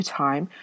time